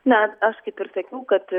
nes aš kaip ir sakiau kad